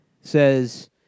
says